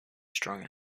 strung